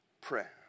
Prayer